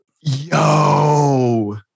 Yo